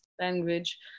language